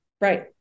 Right